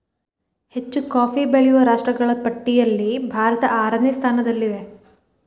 ಹೆಚ್ಚು ಕಾಫಿ ಬೆಳೆಯುವ ರಾಷ್ಟ್ರಗಳ ಪಟ್ಟಿಯಲ್ಲಿ ಭಾರತ ಆರನೇ ಸ್ಥಾನದಲ್ಲಿದೆ